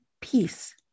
peace